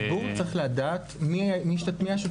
הציבור צריך לדעת מי היה שותף.